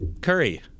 Curry